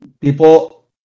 people